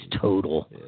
total